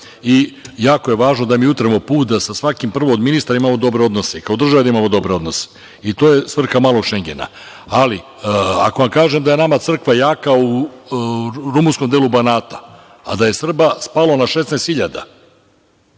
Jako je važno da mi utremo put, da sa svakim, prvo od ministara, imamo dobre odnose, kao država da imamo dobre odnose. To je svrha „malog Šengena“.Ali, ako vam kažem da je nama crkva jaka u rumunskom delu Banata, a da je Srba spalo na 16